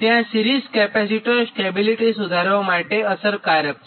ત્યાં series capacitor stability સુધારવા માટે અસરકારક છે